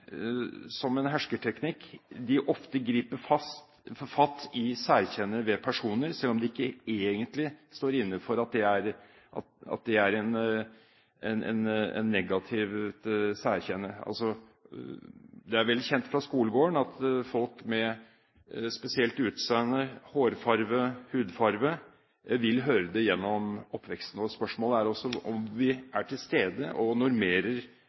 som en hersketeknikk, ofte griper fatt i særkjenne ved personer selv om de ikke egentlig står inne for at det er et negativt særkjenne. Det er vel kjent fra skolegården at folk med spesielt utseende, hårfarge, hudfarge, vil høre det gjennom oppveksten. Spørsmålet er om vi er til stede og normerer